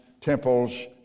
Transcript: temples